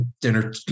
dinner